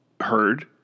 heard